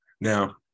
Now